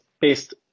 based